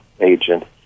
agent